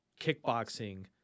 kickboxing